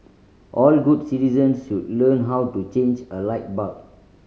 all good citizens should learn how to change a light bulb